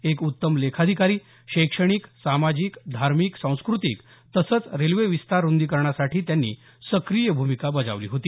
एक उत्तम लेखाधिकारी शैक्षणिक सामाजिक धार्मिक सांस्कृतिक तसंच रेल्वे विस्तार रूंदीकरणासाठी त्यांनी सक्रिय भूमिका बजावली होती